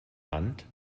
hand